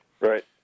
Right